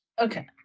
Okay